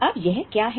अब यह क्या है